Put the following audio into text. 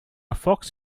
fox